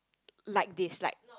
like this like